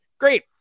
Great